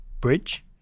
bridge